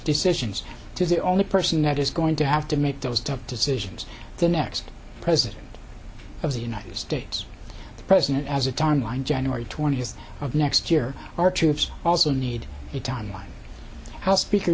decisions to the only person that is going to have to make those tough decisions the next president of the united states the president as a timeline january twentieth of next year our troops also need a timeline house speaker